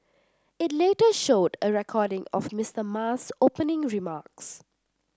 it later showed a recording of Mister Ma's opening remarks